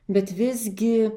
bet visgi